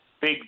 big